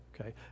okay